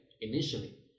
initially